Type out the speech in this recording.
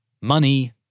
Money